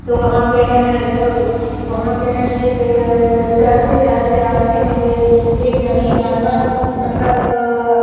तो वहाँ पर हैं ना वहाँ पर है ना एक टहलते टहलते रास्ते में एक जंगली जानवर मतलब